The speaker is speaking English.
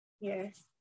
Yes